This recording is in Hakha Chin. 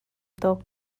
tuk